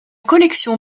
collection